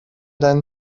deinen